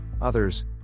others